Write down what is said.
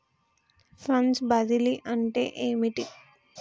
Funds బదిలీ అంటే ఏమిటి?